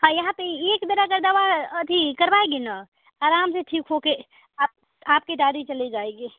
हाँ यहाँ पर एक बेर अगर दवा अथी करवाएगी न आराम से ठीक होकर आप आपकी दादी चली जाएगी